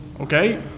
Okay